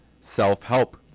self-help